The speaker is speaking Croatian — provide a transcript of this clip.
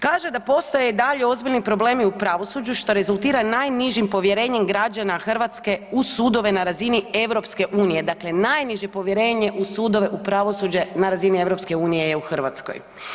Kaže da postoje i dalje ozbiljni problemi u pravosuđu što rezultira najnižim povjerenjem građana Hrvatske u sudove na razini EU, dakle najniže povjerenje u sudove, u pravosuđe na razini EU je u Hrvatskoj.